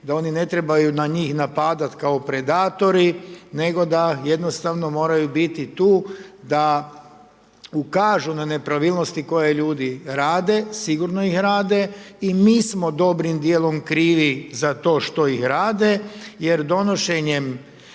da oni ne trebaju na njih napadati kao predatori, nego da jednostavno moraju biti tu da ukažu na nepravilnosti koje ljudi rade, sigurno ih rade, i mi smo dobrim dijelom krivi za to što ih rade jer donošenjem